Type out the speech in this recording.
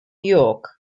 york